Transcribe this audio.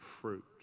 fruit